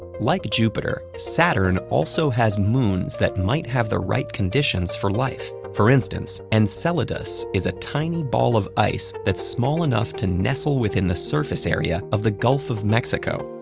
like jupiter, saturn also has moons that might have the right conditions for life. for instance enceladus is a tiny ball of ice that's small enough to nestle within the surface area of the gulf of mexico.